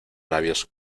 labios